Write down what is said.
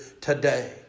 today